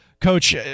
Coach